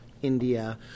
india